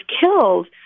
killed